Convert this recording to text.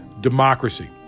democracy